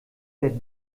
der